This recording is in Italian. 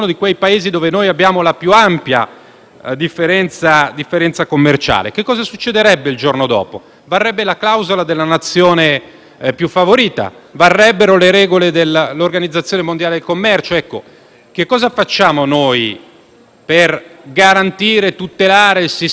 bilancia commerciale. Cosa succederebbe il giorno dopo? Varrebbe la clausola della nazione più favorita? Varrebbero le regole dell'Organizzazione mondiale del commercio? Cosa facciamo noi per garantire e tutelare il sistema economico imprenditoriale?